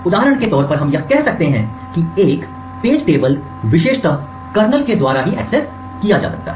उदाहरण के तौर पर हम यह कह सकते हैं कि एक पेज टेबल विशेषत कर्नल के द्वारा ही एक्सेस किया जा सकता है